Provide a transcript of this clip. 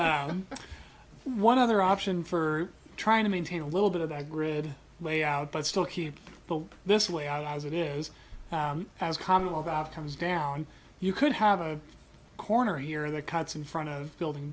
was one other option for trying to maintain a little bit of the grid layout but still keep but this way i was it is as common law about comes down you could have a corner here that cuts in front of a building